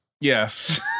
Yes